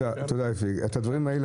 את הדברים האלה